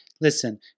listen